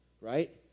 right